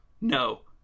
No